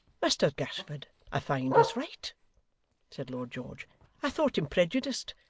mr gashford, i find, was right said lord george i thought him prejudiced,